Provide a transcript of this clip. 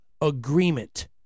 agreement